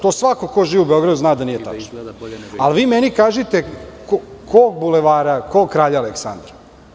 To svako ko živi u Beogradu zna da nije tačno, ali vi meni kažite kog bulevara, kog kralja Aleksandra?